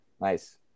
Nice